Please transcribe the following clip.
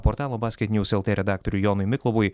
portalo baskit njūz lt redaktoriui jonui miklovui